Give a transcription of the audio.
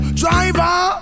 driver